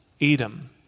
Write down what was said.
Edom